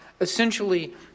essentially